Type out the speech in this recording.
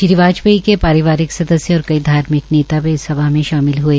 श्रीवाजपेयी के परिवारिक सदस्य और कई धार्मिक नेता भी इस सभा में शामिल हए